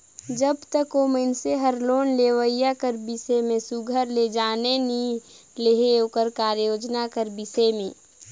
जब तक ओ मइनसे हर लोन लेहोइया कर बिसे में सुग्घर ले जाएन नी लेहे ओकर कारयोजना कर बिसे में